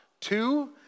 Two